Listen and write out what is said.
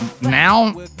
now